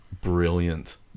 Brilliant